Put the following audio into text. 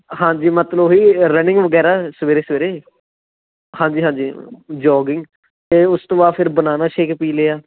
ਹਾਂਜੀ ਮਤਲਬ ਓਹੀ ਰਨਿੰਗ ਵਗੈਰਾ ਸਵੇਰੇ ਸਵੇਰੇ ਹਾਂਜੀ ਹਾਂਜੀ ਜੋਗਿੰਗ ਅਤੇ ਉਸ ਤੋਂ ਬਾਅਦ ਫ਼ਿਰ ਬਨਾਨਾ ਸ਼ੇਕ ਪੀ ਲਿਆ